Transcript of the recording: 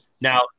now